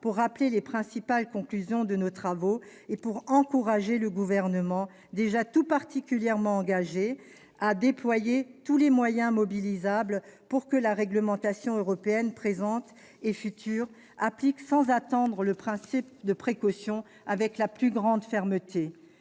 pour rappeler les principales conclusions de nos travaux et pour encourager le Gouvernement, déjà expressément engagé en la matière, à déployer tous les moyens mobilisables pour que la réglementation européenne présente et future applique sans attendre le principe de précaution avec la plus grande fermeté.